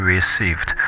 received